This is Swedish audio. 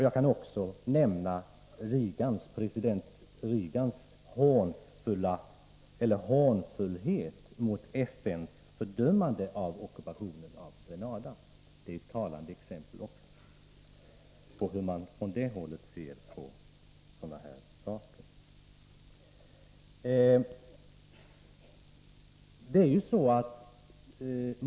Jag kan också nämna president Reagans hånfullhet mot FN:s fördömande av ockupationen av Grenada. Det är också ett talande exempel på hur man på det hållet ser på sådana här saker.